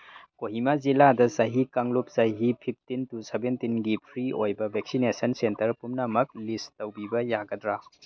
ꯀꯣꯍꯤꯃꯥ ꯖꯤꯂꯥꯗ ꯆꯍꯤ ꯀꯥꯡꯂꯨꯞ ꯆꯍꯤ ꯐꯤꯞꯇꯤꯟ ꯇꯨ ꯁꯕꯦꯟꯇꯤꯟꯒꯤ ꯐ꯭ꯔꯤ ꯑꯣꯏꯕ ꯚꯦꯛꯁꯤꯅꯦꯁꯟ ꯁꯦꯟꯇꯔ ꯄꯨꯝꯅꯃꯛ ꯂꯤꯁ ꯇꯧꯕꯤꯕ ꯌꯥꯒꯗ꯭ꯔꯥ